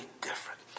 different